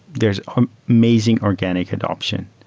there's amazing organic adaption.